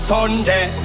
Sunday